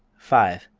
five.